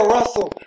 Russell